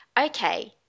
okay